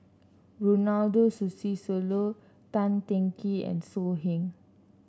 Ronald Susilo Tan Teng Kee and So Heng